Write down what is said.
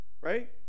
Right